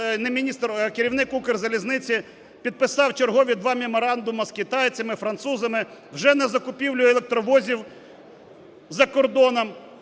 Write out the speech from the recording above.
керівник "Укрзалізниці" підписав чергові два меморандуми з китайцями, французами вже на закупівлю електровозів за кордоном.